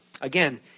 Again